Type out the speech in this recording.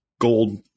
gold